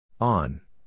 On